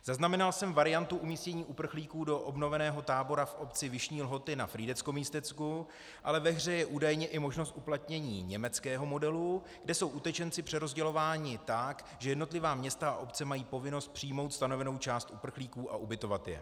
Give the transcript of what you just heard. Zaznamenal jsem variantu umístění uprchlíků do obnoveného tábora v obci Vyšní Lhoty na FrýdeckoMístecku, ale ve hře je údajně i možnost uplatnění německého modelu, kde jsou utečenci přerozdělováni tak, že jednotlivá města a obce mají povinnost přijmout stanovenou část uprchlíků a ubytovat je.